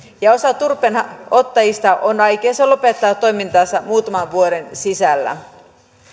osa turpeenottajista on aikeissa lopettaa toimintansa muutaman vuoden sisällä